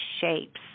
shapes